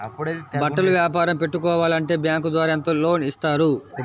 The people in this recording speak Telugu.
బట్టలు వ్యాపారం పెట్టుకోవాలి అంటే బ్యాంకు ద్వారా ఎంత లోన్ ఇస్తారు?